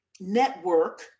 network